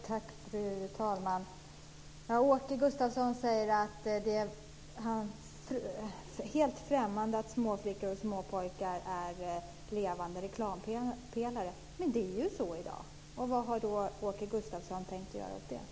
Fru talman! Åke Gustavsson säger att han är helt främmande för att småflickor och småpojkar är levande reklampelare. Men det är ju så i dag. Vad har Åke Gustavsson tänkt göra åt det?